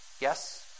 yes